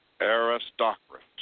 aristocracy